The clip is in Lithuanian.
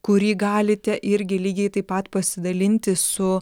kurį galite irgi lygiai taip pat pasidalinti su